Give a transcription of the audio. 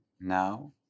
now